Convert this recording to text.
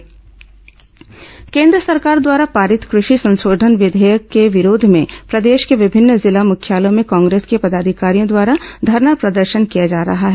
कृषि संशोधन विघेयक केन्द्र सरकार द्वारा पारित कृषि संशोधन विधेयकों के विरोध में प्रदेश के विभिन्न जिला मुख्यालयों में कांग्रेस के पदाधिकारियों द्वारा धरना प्रदर्शन किया जा रहा है